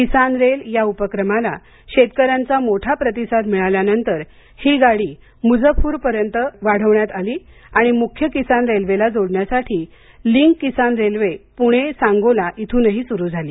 किसान rail या उपक्रमाला शेतकऱ्यांचा मोठा प्रतिसाद मिळाल्यानंतर ही गाडी मुझफ्फरपूरपर्यंत वाढवण्यात आली आणि मुख्य किसान रेल्वेला जोडण्यासाठी लिंक किसान रेल्वे पुणे सांगोला इथ्रनही सुरू झाली